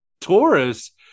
Taurus